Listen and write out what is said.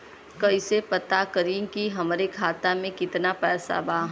कइसे पता करि कि हमरे खाता मे कितना पैसा बा?